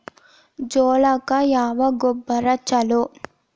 ಜೋಳಕ್ಕ ಯಾವ ಗೊಬ್ಬರ ಛಲೋ?